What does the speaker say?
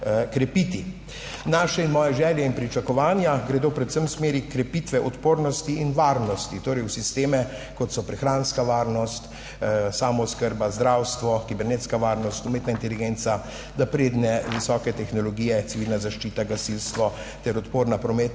Naše in moje želje in pričakovanja gredo predvsem v smeri krepitve odpornosti in varnosti, torej v sisteme, kot so prehranska varnost, samooskrba, zdravstvo, kibernetska varnost, umetna inteligenca, napredne visoke tehnologije, civilna zaščita, gasilstvo ter odporna prometna